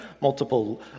multiple